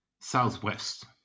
southwest